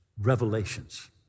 revelations